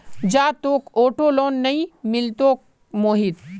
जा, तोक auto loan नइ मिलतोक मोहित